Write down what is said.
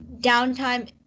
downtime